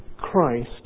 Christ